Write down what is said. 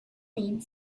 lead